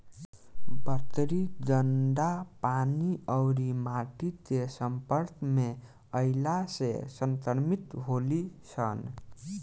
बकरी गन्दा पानी अउरी माटी के सम्पर्क में अईला से संक्रमित होली सन